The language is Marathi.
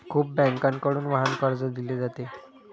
खूप बँकांकडून वाहन कर्ज दिले जाते